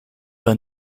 par